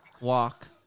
walk